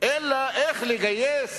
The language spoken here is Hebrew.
אלא איך לגייס